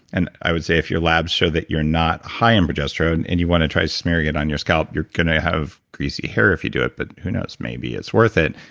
and i would say if your labs show that you're not high in progesterone and you want to try smearing it on your scalp, you're going to have greasy hair if you do it, but who knows. maybe, it's worth it,